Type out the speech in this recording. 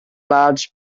large